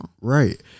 Right